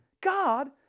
God